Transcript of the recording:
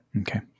Okay